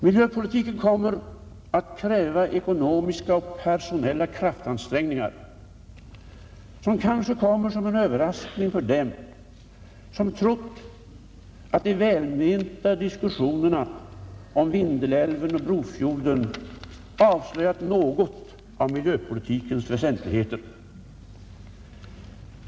Miljöpolitiken kommer att kräva ekonomiska och personella kraftansträngningar, som kanske kommer som en överraskning för dem som trott att de välmenta diskussionerna om Vindelälven och Brofjorden avslöjat något av miljöpolitikens väsentligheter.